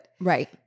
Right